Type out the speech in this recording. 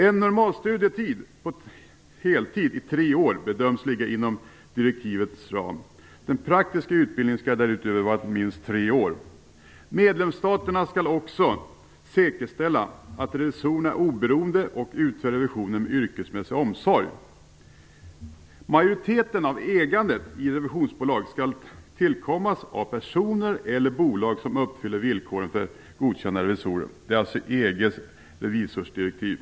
En normalstudietid på heltid i tre år bedöms ligga inom direktivets ram. Den praktiska utbildningen skall därutöver vara minst tre år. Medlemsstaterna skall också säkerställa att revisorerna är oberoende och utför revisionen med yrkesmässig omsorg. Majoriteten av ägandet i revisionsbolag skall tillkomma personer eller bolag som uppfyller villkoren för godkända revisorer. Det är alltså EG:s revisorsdirektiv.